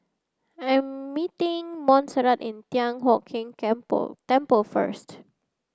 I'm meeting Monserrat at Thian Hock Keng Temple first